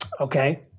Okay